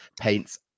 paints